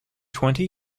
twenty